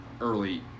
early